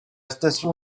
station